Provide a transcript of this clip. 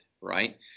right